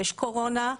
יש קורונה,